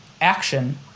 action